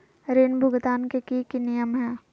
ऋण भुगतान के की की नियम है?